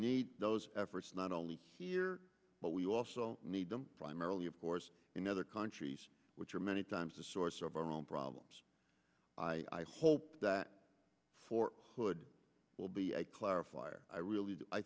need those efforts not only here but we also need them primarily of course in other countries which are many times the source of our own problems i hope for good will be clarified i really i